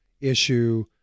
issue